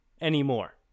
anymore